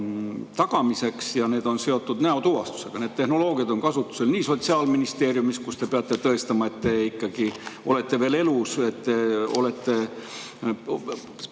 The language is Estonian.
tagamiseks. Need on seotud näotuvastusega. Need tehnoloogiad on kasutusel Sotsiaalministeeriumis – te peate tõestama, et te ikkagi olete veel elus, et pensioni